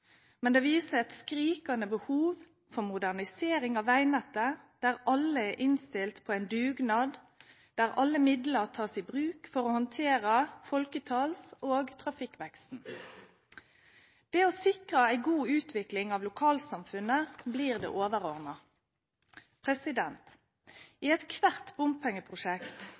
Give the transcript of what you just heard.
Men dette viser på ingen måte en genuin entusiasme for bompenger, det viser et skrikende behov for modernisering av veinettet, der alle er innstilt på en dugnad, og der alle midler tas i bruk for å håndtere folketalls- og trafikkveksten. Det å sikre en god utvikling av lokalsamfunnet blir det overordnete. I